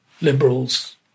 liberals